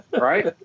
right